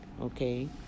okay